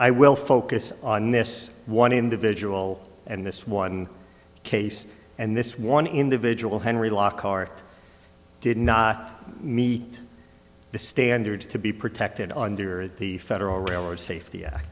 i will focus on this one individual and this one case and this one individual henry lockhart did not meet the standards to be protected under the federal railroad safety